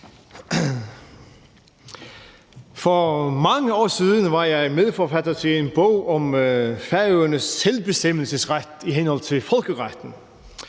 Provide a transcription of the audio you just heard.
For mange år siden var jeg medforfatter til en bog om Færøernes selvbestemmelsesret i henhold til folkeretten.